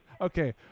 Okay